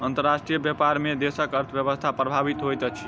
अंतर्राष्ट्रीय व्यापार में देशक अर्थव्यवस्था प्रभावित होइत अछि